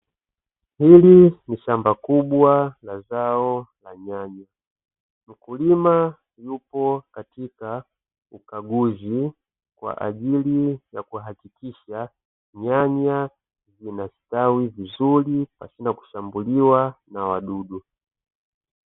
Hili ni shamba kubwa la zao la nyanya, mkulima yupo katika ukaguzi kwa ajili ya kuhakikisha nyanya zinastawi vizuri pasina kushambuliwa na wadudu.